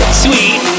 sweet